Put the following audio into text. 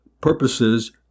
purposes